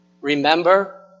Remember